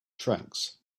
tracks